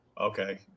Okay